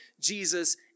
Jesus